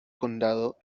condado